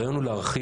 הרעיון הוא להרחיב.